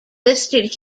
listed